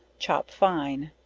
chop fine,